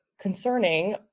concerning